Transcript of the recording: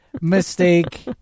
mistake